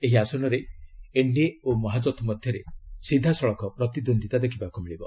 ଏହି ଆସନରେ ଏନ୍ଡିଏ ଓ ମହାଜଥ ମଧ୍ୟରେ ସିଧାସଳଖ ପ୍ରତିଦ୍ୱନ୍ଦିତା ଦେଖିବାକୁ ମିଳିବ